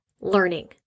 learning